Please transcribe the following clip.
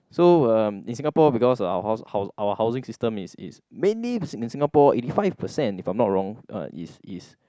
so um in Singapore because our house hou~ our housing system is is mainly in in Singapore eighty five percent if I'm not wrong uh is is